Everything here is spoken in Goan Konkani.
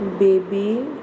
बेबी